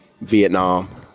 Vietnam